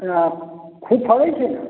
आ खूब फड़ै छै ने